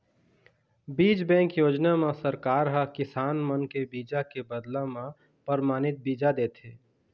बीज बेंक योजना म सरकार ह किसान मन के बीजा के बदला म परमानित बीजा देथे